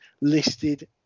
listed